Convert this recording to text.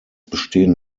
bestehen